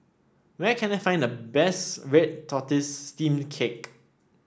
where can I find the best Red Tortoise Steamed Cake